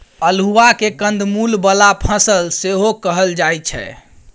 अल्हुआ केँ कंद मुल बला फसल सेहो कहल जाइ छै